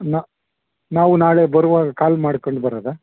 ನಾವು ನಾಳೆ ಬರುವಾಗ ಕಾಲ್ ಮಾಡ್ಕಂಡು ಬರೋದ